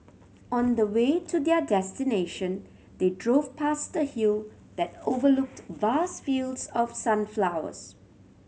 on the way to their destination they drove past the hill that overlooked vast fields of sunflowers